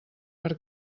per